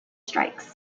strikes